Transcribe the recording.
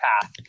path